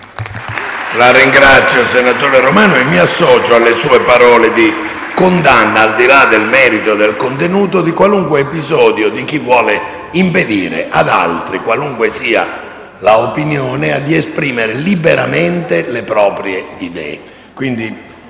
La ringrazio, senatore Romano, e mi associo alle sue parole di condanna, al di là del merito e del contenuto, di qualunque episodio di chi vuole impedire ad altri, qualunque sia l'opinione, di esprimere liberamente le proprie idee.